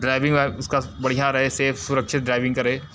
driving उसका बढ़िया रहे सेफ़ सुरक्षित ड्राइविंग करे